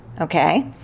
Okay